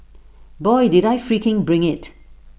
boy did I freaking bring IT